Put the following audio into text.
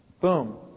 boom